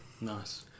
nice